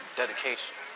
dedication